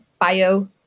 bio